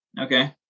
Okay